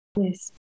Yes